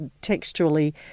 textually